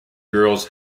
girls